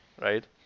right